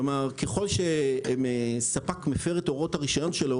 ככל שספק מפר את הוראות הרשיון שלו,